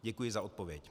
Děkuji za odpověď.